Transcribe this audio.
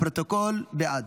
לפרוטוקול, בעד.